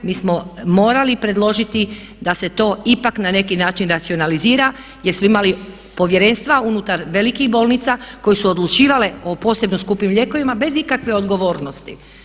Mi smo morali predložiti da se to ipak na neki način racionalizira jer smo imali povjerenstva unutar velikih bolnica koje su odlučivale o posebno skupim lijekovima bez ikakve odgovornosti.